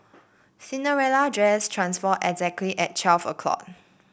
Cinderella dress transformed exactly at twelve o'clock